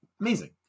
amazing